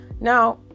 Now